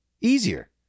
Easier